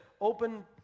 open